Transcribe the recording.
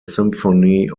symphony